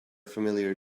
familiar